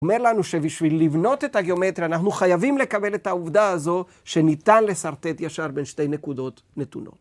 אומר לנו שבשביל לבנות את הגיאומטריה, אנחנו חייבים לקבל את העובדה הזו שניתן לסרטט ישר בין שתי נקודות נתונות.